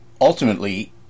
ultimately